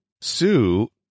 Sue